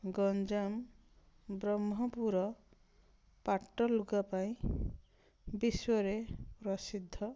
ଗଞ୍ଜାମ ବ୍ରହ୍ମପୁର ପାଟଲୁଗା ପାଇଁ ବିଶ୍ୱରେ ପ୍ରସିଦ୍ଧ